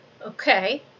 okay